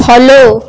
follow